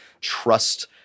trust